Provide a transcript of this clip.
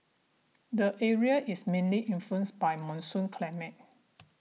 the area is mainly influenced by monsoon climate